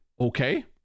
Okay